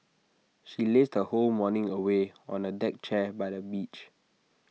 she lazed her whole morning away on A deck chair by the beach